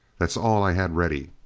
that's all i had ready.